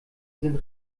sind